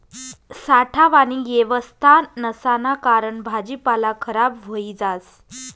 साठावानी येवस्था नसाना कारण भाजीपाला खराब व्हयी जास